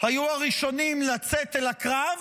היו הראשונים לצאת אל הקרב,